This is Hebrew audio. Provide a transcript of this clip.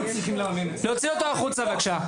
להוציא אותו החוצה בבקשה.